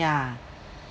ya